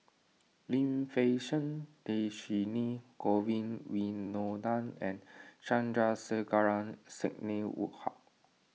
Lim Fei Shen Dhershini Govin Winodan and Sandrasegaran Sidney Woodhull